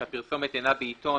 שהפרסומת אינה בעיתון,